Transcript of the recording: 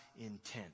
intent